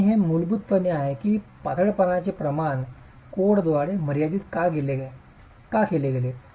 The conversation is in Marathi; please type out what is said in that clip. आणि हे मूलभूतपणे आहे की पातळपणाचे प्रमाण कोडद्वारे मर्यादित का केले गेले